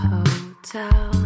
Hotel